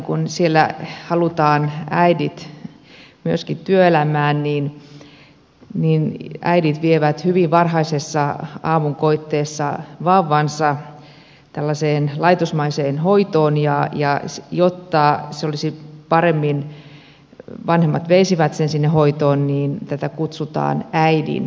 kun siellä halutaan äidit myöskin työelämään niin äidit vievät hyvin varhaisessa aamunkoitteessa vauvansa tällaiseen laitosmaiseen hoitoon ja jotta vanhemmat veisivät sen sinne hoitoon niin tätä kutsutaan äidin syliksi